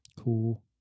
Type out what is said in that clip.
Cool